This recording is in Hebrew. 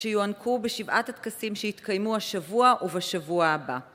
שיוענקו בשבעת הטקסים שהתקיימו השבוע ובשבוע הבא.